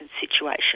situation